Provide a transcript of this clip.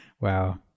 Wow